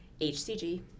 HCG